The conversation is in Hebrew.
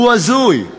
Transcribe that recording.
הוא הזוי.